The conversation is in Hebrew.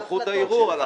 היא סמכות הערעור.